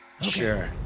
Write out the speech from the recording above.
sure